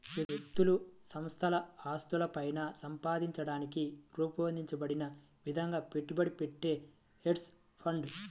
వ్యక్తులు సంస్థల ఆస్తులను పైన సంపాదించడానికి రూపొందించబడిన విధంగా పెట్టుబడి పెట్టే హెడ్జ్ ఫండ్లు